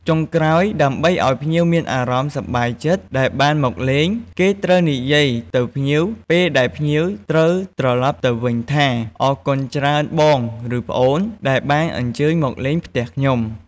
ចុងក្រោយ ដើម្បីឲ្យភ្ញៀវមានអារម្មណ៍សប្បាយចិត្តដែលបានមកលេង គេត្រូវនិយាយទៅភ្ញៀវពេលដែលភ្ញៀវត្រូវត្រឡប់ទៅវិញថា អរគុណច្រើនបងឬប្អូន ដែលបានអញ្ជើញមកលេងផ្ទះខ្ញុំ!។